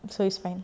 so it's fine